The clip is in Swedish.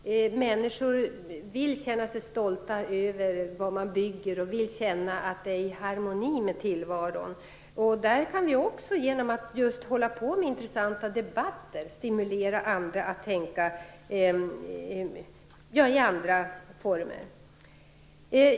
Människor vill känna sig stolta över det man bygger och att det sker i harmoni med tillvaron. Genom att just föra intressanta debatter kan vi stimulera andra att tänka i andra banor.